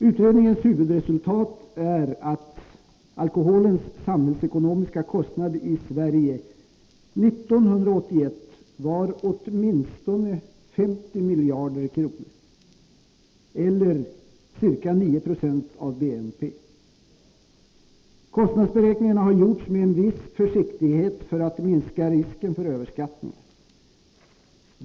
Utredningens huvudresultat är att alkoholens samhällsekonomiska kostnad i Sverige 1981 var åtminstone 50 miljarder kronor, eller ca 9 76 av BNP. Kostnadsberäkningarna har gjorts med en viss försiktighet för att minska risken för överskattningar.